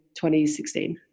2016